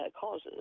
causes